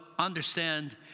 Understand